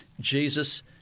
Jesus